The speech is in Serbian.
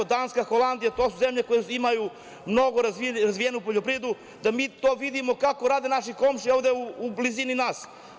Danska, Holandija, to su zemlje koje imaju mnogo razvijenu poljoprivredu, da mi to vidimo kako rade naše komšije ovde u blizini nas.